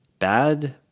Bad